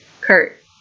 kurt